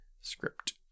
script